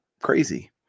crazy